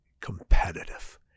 competitive